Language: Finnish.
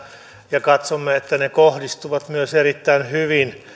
ja katsomme että ne kohdistuvat myös erittäin hyvin